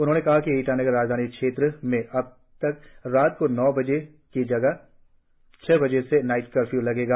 उन्होंने कहा कि ईटानगर राजधानी क्षेत्र में अब रात को नौ बजे की जगह छह बजे से नाईट कर्फ्य् लगेगा